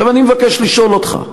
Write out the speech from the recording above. עכשיו אני מבקש לשאול אותך,